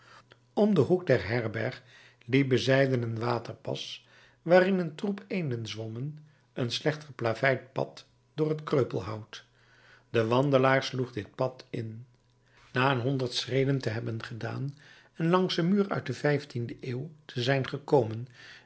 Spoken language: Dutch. om den hoek der herberg liep bezijden een waterplas waarin een troep eenden zwommen een slecht geplaveid pad door het kreupelhout de wandelaar sloeg dit pad in na een honderd schreden te hebben gedaan en langs een muur uit de vijftiende eeuw te zijn gekomen